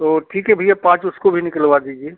तो ठीक है भैया पाँच उसको भी निकलवा दीजिए